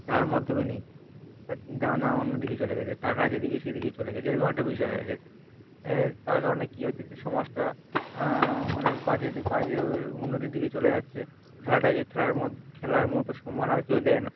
খেলার মাধ্যমে নেই তার চিন্তা ভাবনা অন্য দিকে চলে গেছে টাকা যেদিকে সেদিকেই চলে গেছে এরকম একটা বিষয় হয়ে গেছে তার কারণে কী হচ্ছে যে সমাজটা অনেক বাজে বাজে উন্নতির দিকে চলে যাচ্ছে খেলাটাকে খেলার মধ্য খেলার মতো সম্মান আর কেউ দেয় না